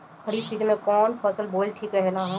खरीफ़ season में कौन फसल बोअल ठिक रहेला ह?